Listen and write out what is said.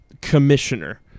commissioner